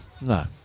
no